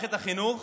ומערכת החינוך